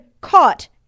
caught